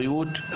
בריאות,